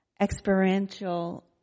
experiential